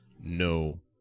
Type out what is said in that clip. No